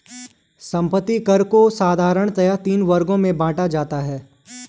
संपत्ति कर को साधारणतया तीन वर्गों में बांटा जाता है